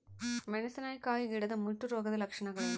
ಮೆಣಸಿನಕಾಯಿ ಗಿಡದ ಮುಟ್ಟು ರೋಗದ ಲಕ್ಷಣಗಳೇನು?